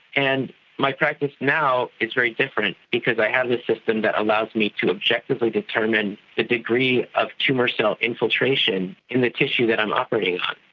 and my practice now is very different because i have this system that allows me to objectively determine the degree of tumour cell infiltration in the tissue that i'm operating on.